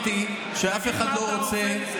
אתה אפילו לא שמעת את דבריי,